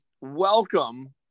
welcome